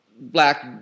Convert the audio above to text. black